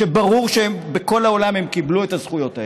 כשברור שבכל העולם הם קיבלו את הזכויות האלה,